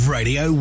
Radio